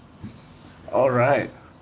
alright